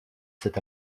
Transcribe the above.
cet